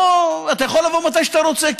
אתה יכול לבוא מתי שאתה רוצה.